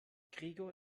gregor